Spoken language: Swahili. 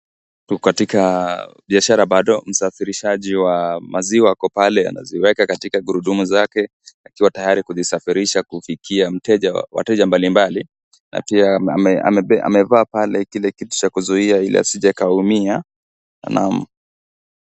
Tuko katika biashara bado, msafirishaji wa maziwa ako pale anaziweka katika gurudumu zake akiwa tayari kusafirisha kufikia wateja mbalimbali . Pia amevaa pale kile kitu cha kumzuia asije akaumia naam.